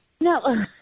No